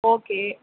okay